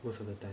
most of the time